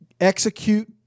execute